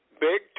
big